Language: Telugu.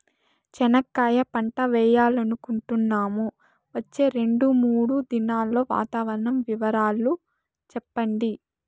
చెనక్కాయ పంట వేయాలనుకుంటున్నాము, వచ్చే రెండు, మూడు దినాల్లో వాతావరణం వివరాలు చెప్పండి?